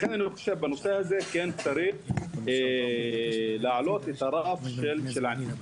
לכן אני רוצה שבנושא הזה צריך להעלות את רף הענישה.